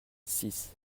six